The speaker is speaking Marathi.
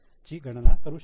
ची गणना करू शकता